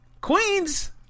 Queens